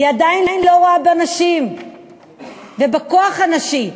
היא עדיין לא רואה בנשים ובכוח הנשי,